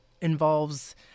involves